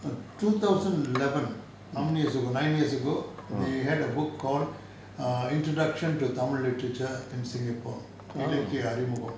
two thousand eleven how many years ago nine years ago they had a book called err introduction to tamil literature in singapore இலக்கிய அறிமுகம்:ilakkiya arimugam